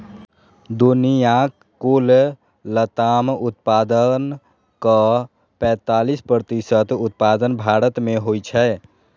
दुनियाक कुल लताम उत्पादनक पैंतालीस प्रतिशत उत्पादन भारत मे होइ छै